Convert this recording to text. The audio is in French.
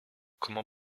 comment